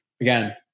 again